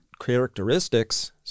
characteristics